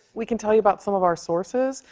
we can tell you about some of our sources,